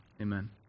Amen